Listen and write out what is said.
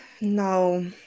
No